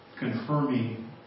Confirming